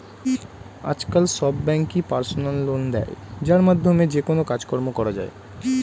আজকাল সব ব্যাঙ্কই পার্সোনাল লোন দেয় যার মাধ্যমে যেকোনো কাজকর্ম করা যায়